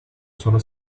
sono